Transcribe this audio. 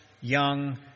young